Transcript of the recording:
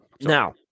Now